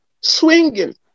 swinging